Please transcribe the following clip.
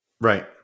Right